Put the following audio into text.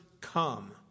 come